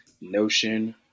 notion